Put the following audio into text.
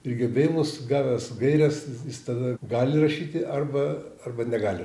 ir gebėjimus gavęs gaires jis tada gali rašyti arba arba negali